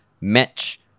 match